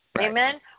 Amen